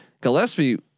Gillespie